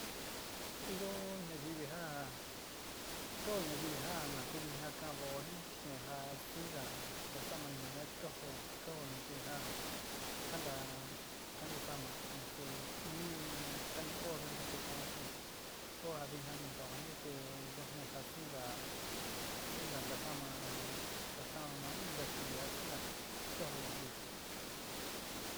Iyó ñayivi já ka ó ñayivi ja na ku vitna kaán vao jin steen ja siín ja ntasaá ma ini. yuan chi ka jó, ka jó ñayivi ja kanta kantasáma chi nasu in-nií sani oó vina te kaon steen te oó ja vina ni kan'ó jin te yujtne ja siínga siínga ntasáma ntsaáma inka kivi a siínga ka jó ñayivi.